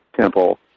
Temple